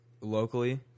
locally